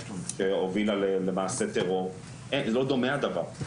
שהובילה למעשה טרור?' לא דומה הדבר,